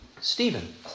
Stephen